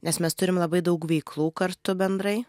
nes mes turim labai daug veiklų kartu bendrai